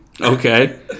Okay